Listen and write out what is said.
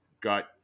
got